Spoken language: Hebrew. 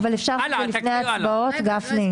אבל אפשר לעשות את זה לפני ההצבעות, גפני?